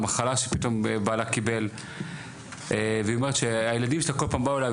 מחלה שפתאום בעלה קיבל והיא אומרת שהילדים שלה כל פעם באים אליה,